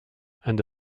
and